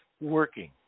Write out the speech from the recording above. working